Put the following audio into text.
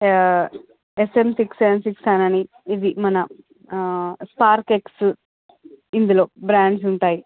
S M six seven six seven ఇవి మన star kicks ఇందులో బ్రాండ్స్ ఉంటాయి